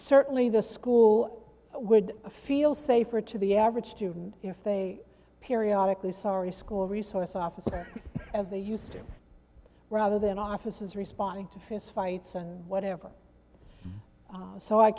certainly the school would feel safer to the average student if they periodically sorry a school resource officer as they use it rather than offices responding to fist fights and whatever so i